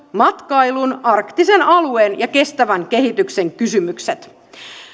matkailun arktisen alueen ja kestävän kehityksen kysymykset